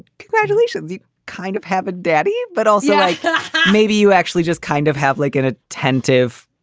congratulations, you kind of have a daddy. but also maybe you actually just kind of have like an attentive,